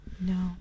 No